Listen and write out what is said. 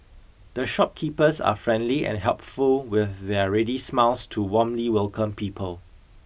the shopkeepers are friendly and helpful with their ready smiles to warmly welcome people